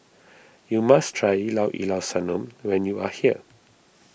you must try Llao Llao Sanum when you are here